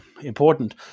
important